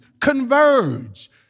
converge